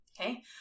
Okay